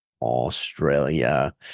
Australia